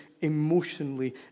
emotionally